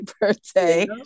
birthday